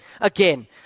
Again